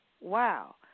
wow